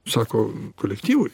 sako kolektyvui